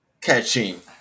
catching